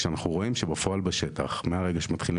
כשאנחנו רואים שבפועל בשטח מהרגע שמתחילים